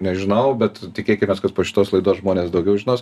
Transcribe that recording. nežinau bet tikėkimės kad po šitos laidos žmonės daugiau žinos